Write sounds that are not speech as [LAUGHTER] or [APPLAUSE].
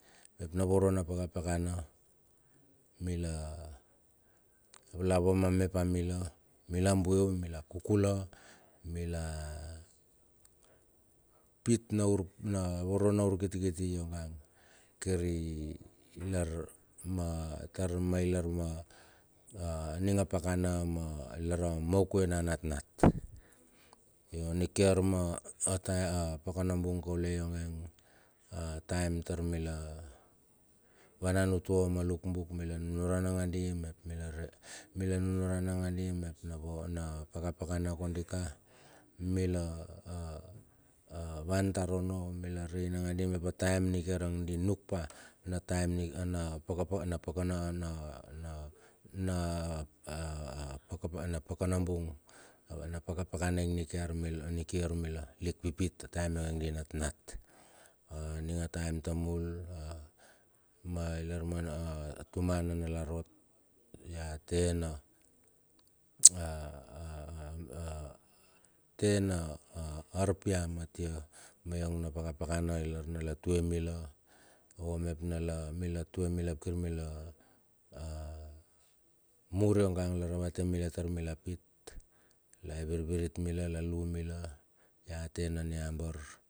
Mep na voro na pakapaka mila la vama me pa mila mila bueum mila kukula, mila pit na ur na voro na urkitikiti yongang kir i, lar ma tar ma ilar ma a aning a pakana ma ilar amaukue na natnat. Nikiar ma a taem a pakanabung kaule yonge a taem taur mila vanan utua ma luk buk mila nunuran nangandi mep mila re mila nunuran nangandi mep na vo na pakapakana kondi ka mila a avan tar onno, mila rei nangandi mep a taem nikiar ang di nuk pa na taem na pakapa na paka [HESITATION] na pakana bung. Na pakapakana ing nikiar mila nikiar mila lik pipit yonge mila natnat. Aningtaem tamul ma ilar mana atuma nanalar ot ya kena [NOISE] a a a a ken na arpiam atia me yong na pakapakanailar na la tue mila vua ap na la tue mila a amur yongan yang la ravate mila tar mila pit la evirvirit mila la lu mila ya te na niabar.